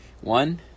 One